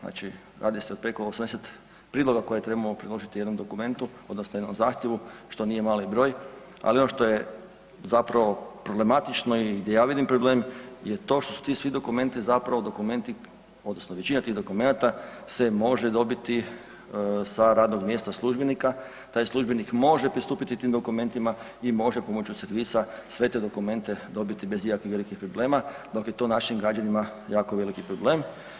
Znači radi se o preko 80 priloga koje trebamo priložiti jednom dokumentu odnosno jednom zahtjevu što nije mali broj, ali ono što je zapravo problematično i gdje ja vidim problem je to što su ti svi dokumenti zapravo dokumenti odnosno većina tih dokumenata se može dobiti sa radnog mjesta službenika, taj službenik može pristupiti tim dokumentima i može pomoću servisa sve te dokumente dobiti bez ikakvih velikih problema, dok je to našim građanima jako veliki problem.